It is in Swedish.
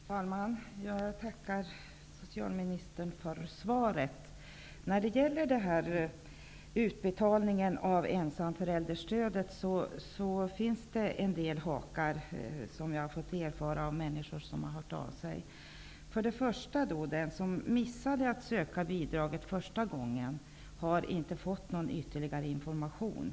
Herr talman! Jag tackar socialministern för svaret. Jag har fått erfara från de människor som har hört av sig till mig att det finns en del hakar när det gäller utbetalningen av ensamförälderstödet. Det första problemet är att den som missat att söka bidraget första gången det var möjligt inte har fått någon ytterligare information.